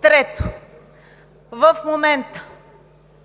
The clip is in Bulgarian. Трето, в момента